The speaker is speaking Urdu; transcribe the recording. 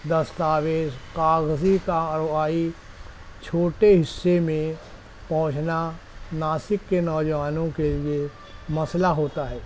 دستاویز کاغذی کارروائی چھوٹے حصّے میں پہنچنا ناسک کے نوجوانوں کے لیے مسئلہ ہوتا ہے